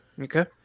Okay